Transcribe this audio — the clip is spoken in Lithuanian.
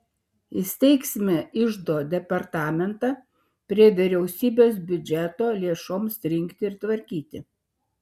įsteigsime iždo departamentą prie vyriausybės biudžeto lėšoms rinkti ir tvarkyti